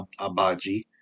Abaji